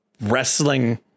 wrestling